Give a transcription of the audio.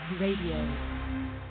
Radio